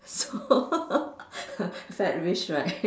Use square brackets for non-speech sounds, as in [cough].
[laughs] fat wish right